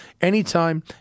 anytime